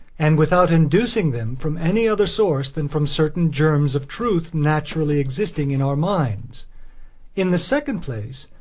and without educing them from any other source than from certain germs of truths naturally existing in our minds in the second place,